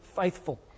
faithful